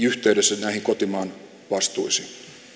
yhteydessä näihin kotimaan vastuisiin